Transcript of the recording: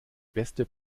beste